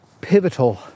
pivotal